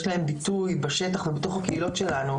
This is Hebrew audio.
להם ביטוי בשטח ובתוך הקהילות שלנו,